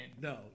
No